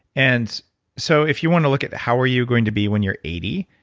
and so if you want to look at how are you going to be when you're eighty,